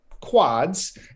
quads